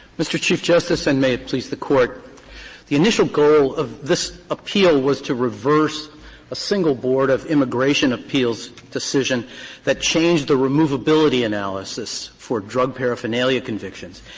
mr. chief justice, and may it please the court the initial goal of this appeal was to reverse a single board of immigration appeals decision that changed the removability analysis for drug paraphernalia convictions.